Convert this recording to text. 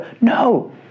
No